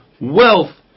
wealth